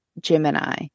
Gemini